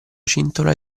cintola